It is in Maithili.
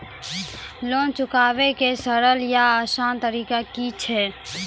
लोन चुकाबै के सरल या आसान तरीका की अछि?